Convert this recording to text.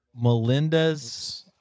Melinda's